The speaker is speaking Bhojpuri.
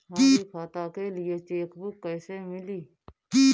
हमरी खाता के लिए चेकबुक कईसे मिली?